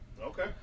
Okay